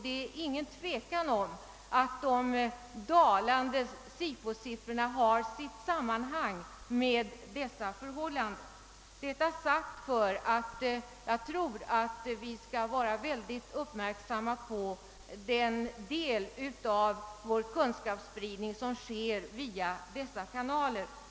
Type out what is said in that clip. Det råder inget tvivel om att de dalande SIFO siffrorna har sin orsak i dessa förhållanden. Vi bör alltså vara mycket uppmärksamma på den del av vår kunskapsspridning som sker via dessa kanaler.